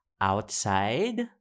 outside